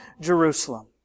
Jerusalem